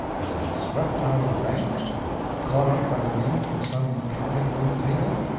was it swept out of a bank, or caught up by the wind from some counting-room table?